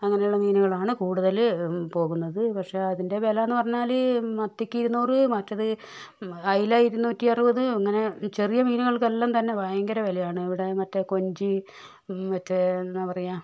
അങ്ങനെയുള്ള മീനുകളാണ് കൂടുതൽ പോകുന്നത് പക്ഷേ അതിൻ്റെ വിലാന്ന് പറഞ്ഞാൽ മത്തിക്ക് ഇരുന്നൂറ് മറ്റേത് അയല ഇരുന്നൂറ്റിയറുപത് അങ്ങനെ ചെറിയ മീനുകൾക്കെല്ലാം തന്നെ ഭയങ്കര വിലയാണ് ഇവിടെ മറ്റേ കൊഞ്ച് മറ്റേ എന്താപറയാ